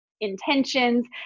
intentions